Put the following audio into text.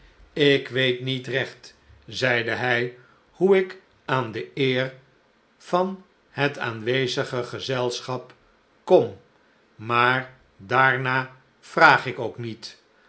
ik weet niet recht zeide hi hoe ik aan de eer van het aanwezige gezelschap kom maar daarnaar vraag ik ook niet